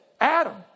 Adam